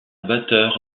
batteur